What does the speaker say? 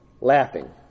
laughing